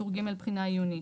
טור ג': בחינה עיונית.